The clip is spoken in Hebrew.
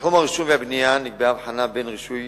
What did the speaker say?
בתחום הרישוי והבנייה נקבעה הבחנה בין רישוי